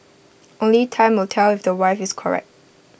only time will tell if the wife is correct